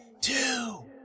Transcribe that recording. Two